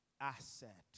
asset